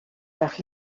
par